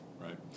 right